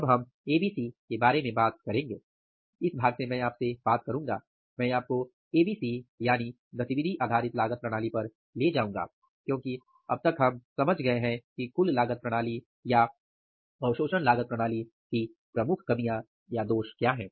अब हम एबीसी के बारे में बात करेंगे इस भाग से मैं आपसे बात करूंगा मैं आपको एबीसी यानि गतिविधि आधारित लागत प्रणाली पर ले जाऊंगा क्योंकि अब तक हम समझ गए हैं कि कुल लागत प्रणाली या अवशोषण लागत प्रणाली की प्रमुख कमियां क्या हैं